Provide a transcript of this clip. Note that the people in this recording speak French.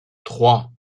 trois